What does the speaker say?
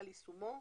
על יישומו,